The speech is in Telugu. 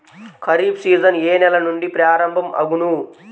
ఖరీఫ్ సీజన్ ఏ నెల నుండి ప్రారంభం అగును?